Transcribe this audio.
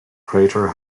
crater